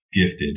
gifted